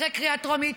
אחרי קריאה טרומית,